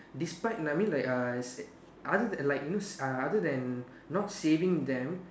despite no I mean like uh I said other then like use uh other then not saving them